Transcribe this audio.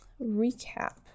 recap